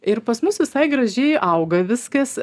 ir pas mus visai gražiai auga viskas